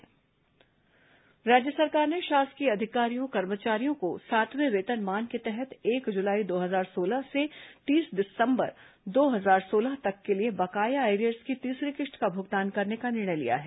arrears भुगतान राज्य सरकार ने शासकीय अधिकारियों कर्मचारियों को सातवें वेतनमान के तहत एक जुलाई दो हजार सोलह से तीस सितंबर दो हजार सोलह तक के लिए बकाया एरियर्स की तीसरी किश्त का भुगतान करने का निर्णय लिया है